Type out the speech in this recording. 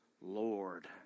Lord